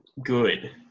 good